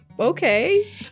Okay